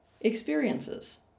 experiences